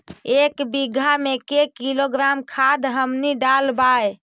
एक बीघा मे के किलोग्राम खाद हमनि डालबाय?